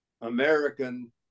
American